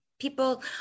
people